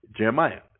Jeremiah